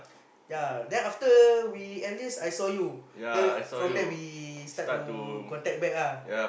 ya then after we enlist I saw you then from there we start to contact back ah